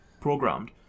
programmed